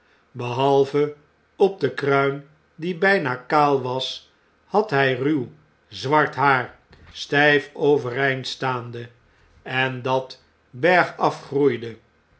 behalve op de kruin die bjjna kaal was had hjj ruw zwart haar stjjf overeind staande en dat